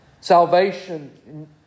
Salvation